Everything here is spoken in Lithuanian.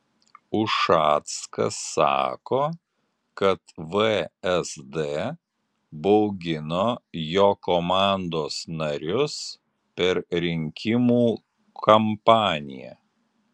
ušackas sako kad vsd baugino jo komandos narius per rinkimų kampaniją